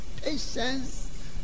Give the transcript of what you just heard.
patience